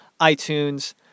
iTunes